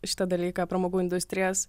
šitą dalyką pramogų industrijas